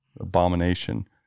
abomination